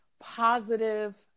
positive